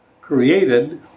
created